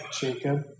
Jacob